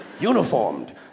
Uniformed